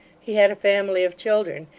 he had a family of children,